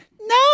no